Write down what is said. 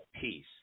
peace